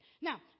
Now